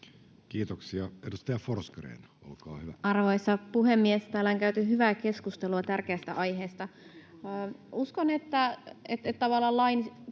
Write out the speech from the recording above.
Kiitoksia. — Edustaja Forsgrén, olkaa hyvä. Arvoisa puhemies! Täällä on käyty hyvää keskustelua tärkeästä aiheesta. Uskon, että tavallaan lain